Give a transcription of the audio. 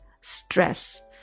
stress